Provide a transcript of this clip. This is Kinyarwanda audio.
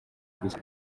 gusa